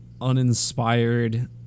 uninspired